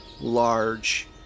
large